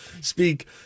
speak